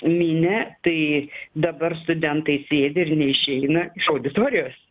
minią tai dabar studentai sėdi ir neišeina iš auditorijos